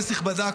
כנסת נכבדה,